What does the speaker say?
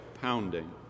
pounding